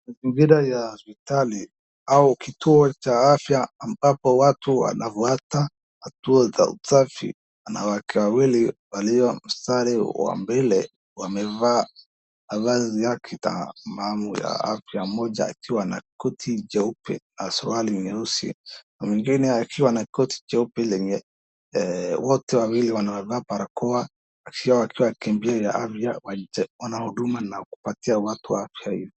Mbida ya hospitali au kituo cha afya amabapo watu wanafuata hatua za usafi wanawake wawili waliomstari wa mbele wamevaa mavazi ya kitamamu ya afya, mmoja akiwa amevaa koti jeupe na surwali nyeusi na mwingine akiwa na koti cheupe lenye wote wawili wameva barakoa wakiwa wanahuduma na kupatia watu